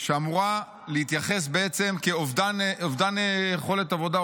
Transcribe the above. שאמורה להתייחס לזה בעצם כאובדן יכולת עבודה,